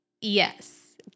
yes